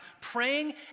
praying